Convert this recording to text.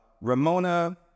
Ramona